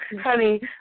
honey